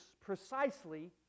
precisely